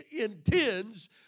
intends